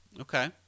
Okay